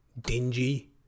dingy